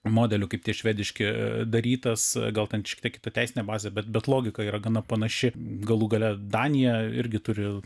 modelių kaip tie švediški darytas gal ten šiek tiek kita teisinė bazė bet bet logika yra gana panaši galų gale danija irgi turi